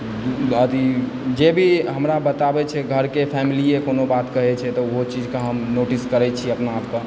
अथी जे भी हमरा बताबै छै घरके फैमिलिए कोनो बात कहय छै तऽ ओहो चीजके नोटिस करै छी हम अपना आपके